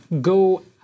Go